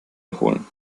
erholen